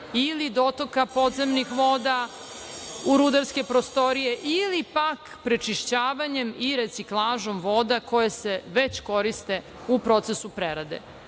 ili dotoka podzemnih voda u rudarske prostorije ili pak prečišćavanjem i reciklažom voda koje se već koriste u procesu